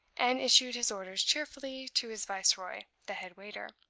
and issued his orders cheerfully to his viceroy, the head-waiter.